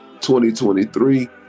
2023